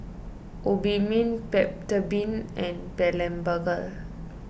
Obimin Peptamen and Blephagel